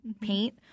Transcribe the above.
paint